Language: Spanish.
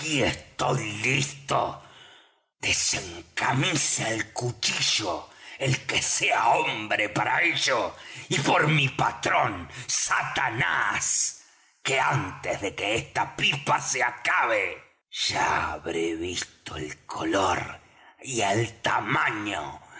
estoy listo desencamise el cuchillo el que sea hombre para ello y por mi patrón satanás que antes de que esta pipa se acabe ya habré visto el color y el tamaño